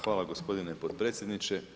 Hvala gospodine potpredsjedniče.